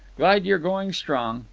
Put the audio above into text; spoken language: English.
glad you're going strong.